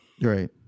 Right